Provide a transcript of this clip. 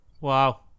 Wow